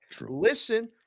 listen